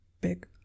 big